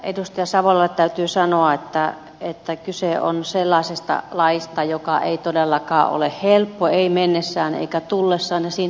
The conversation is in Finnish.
edustaja savolalle täytyy sanoa että kyse on sellaisesta laista joka ei todellakaan ole helppo ei mennessään eikä tullessaan